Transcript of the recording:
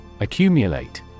Accumulate